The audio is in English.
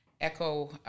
Echo